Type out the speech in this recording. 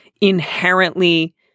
inherently